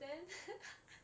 then